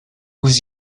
was